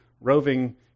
roving